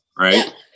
right